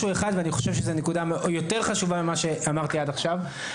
הנקודה הבאה יותר חשובה ממה שאמרתי עד עכשיו.